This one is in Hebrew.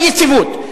היא יציבות.